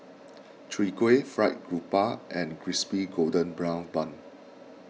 Chwee Kueh Fried Garoupa and Crispy Golden Brown Bun